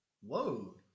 Whoa